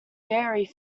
very